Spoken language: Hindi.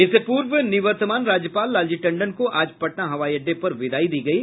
इससे पूर्व निवर्तमान राज्यपाल लालजी टंडन को आज पटना हवाई अड्डे पर विदाई दी गयी